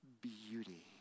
beauty